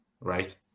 right